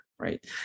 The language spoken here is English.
Right